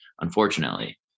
unfortunately